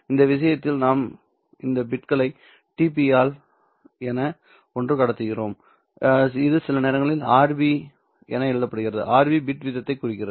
இந்த விஷயத்தில் நாம் இந்த பிட்களை Tb ஆல் என ஒன்று கடத்துகிறோம் இது சில நேரங்களில் Rb என எழுதப்படுகிறது Rb பிட் வீதத்தைக் குறிக்கிறது